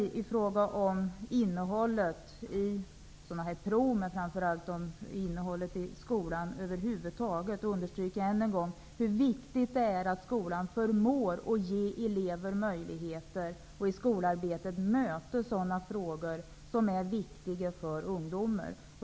Innehållet i sådana här prov liksom innehållet i skolan över huvud taget är viktigt. Jag vill också än en gång understryka hur viktigt det är att skolan förmår att ge elever möjligheter att i skolarbetet möta sådana frågor som är viktiga för ungdomar.